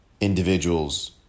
individuals